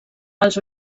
els